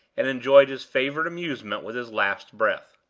and enjoyed his favorite amusement with his last breath.